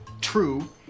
True